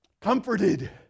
comforted